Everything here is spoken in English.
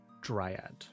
dryad